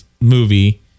movie